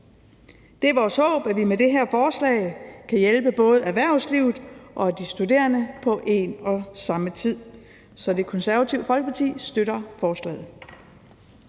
Det er vores håb, at vi med det her forslag kan hjælpe både erhvervslivet og de studerende på én og samme tid. Så Det Konservative Folkeparti støtter forslaget.